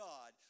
God